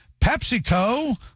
PepsiCo